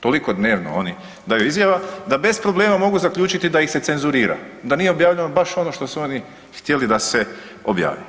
Toliko dnevno oni daju izjava da bez problema mogu zaključiti da ih se cenzurira, da nije objavljeno baš ono što su oni htjeli da se objavi.